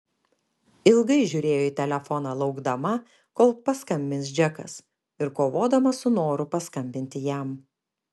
ilgai žiūrėjo į telefoną laukdama kol paskambins džekas ir kovodama su noru paskambinti jam